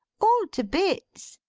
all to bits.